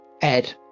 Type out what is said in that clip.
Ed